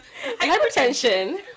Hypertension